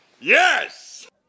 Yes